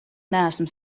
neesmu